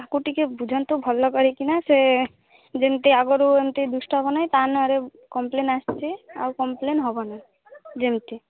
ତାକୁ ଟିକେ ବୁଝାନ୍ତୁ ଭଲ କରିକିନା ସେ ଯେମିତି ଆଗରୁ ଏମିତି ଦୁଷ୍ଟ ହେବନାଇଁ ତା ନାଆଁରେ କମ୍ପଲେନ୍ ଆସିଛି ଆଉ କମ୍ପଲେନ୍ ହେବନି ଯେମିତି